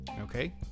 okay